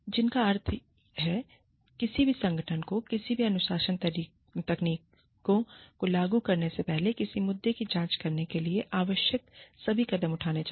जिसका अर्थ है किसी भी संगठन को किसी भी अनुशासन तकनीकों को लागू करने से पहले किसी मुद्दे की जांच करने के लिए आवश्यक सभी कदम उठाने चाहिए